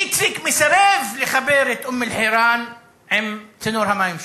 איציק מסרב לחבר את אום-אלחיראן עם צינור המים שלו,